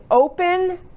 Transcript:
open